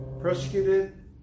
persecuted